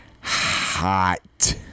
hot